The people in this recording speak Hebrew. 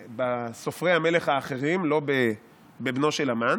בסופרי המלך האחרים, לא בבנו של המן,